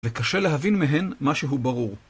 וקשה להבין מהן משהו ברור.